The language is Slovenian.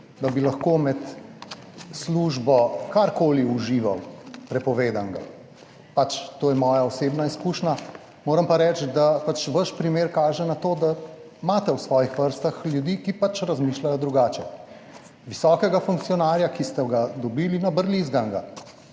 da bi lahko med službo karkoli užival prepovedanega. Pač to je moja osebna izkušnja. Moram pa reči, da pač vaš primer kaže na to, da imate v svojih vrstah ljudi, ki pač razmišljajo drugače - visokega funkcionarja, ki ste ga dobili nabrlizganega,